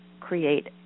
create